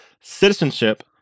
Citizenship